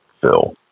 Phil